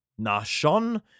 Nashon